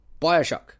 Bioshock